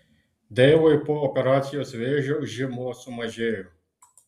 deivui po operacijos vėžio žymuo sumažėjo